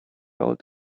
old